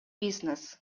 бизнес